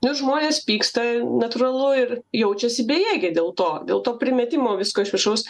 nu žmonės pyksta natūralu ir jaučiasi bejėgiai dėl to dėl to primetimo visko iš viršaus